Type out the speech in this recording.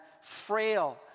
frail